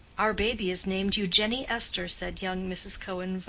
our baby is named eu genie esther, said young mrs. cohen,